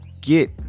get